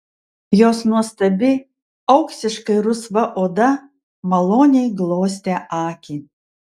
jos nuostabi auksiškai rusva oda maloniai glostė akį